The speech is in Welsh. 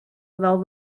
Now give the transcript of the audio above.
fel